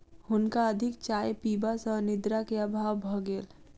हुनका अधिक चाय पीबा सॅ निद्रा के अभाव भ गेल